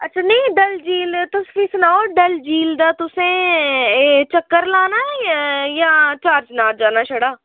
अच्छा नेईं डल झील तुस मिगी सनाओ डल झील दा तुसें एह् चक्कर लाना जां चार चनार जाना छड़ा